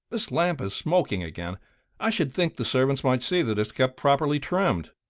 this lamp is smoking again i should think the servants might see that it's kept properly trimmed,